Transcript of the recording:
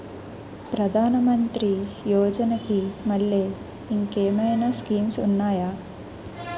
ప్రధాన మంత్రి యోజన కి మల్లె ఇంకేమైనా స్కీమ్స్ ఉన్నాయా?